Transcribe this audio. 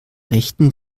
rechten